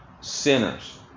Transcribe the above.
sinners